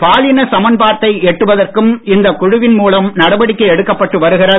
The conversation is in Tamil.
பாலின சமன்பாட்டை எட்டுவதற்கும் இந்த குழுவின் மூலம் நடவடிக்கை எடுக்கப்பட்டு வருகிறது